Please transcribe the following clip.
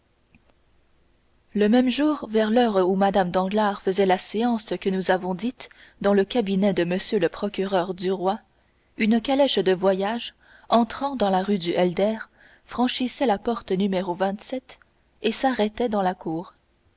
le même jour vers l'heure où mme danglars faisait la séance que nous avons dite dans le cabinet de m le procureur du roi une calèche de voyage entrant dans la rue du helder franchissait la porte no et s'arrêtait dans la cour